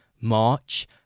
March